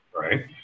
right